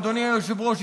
אדוני היושב-ראש,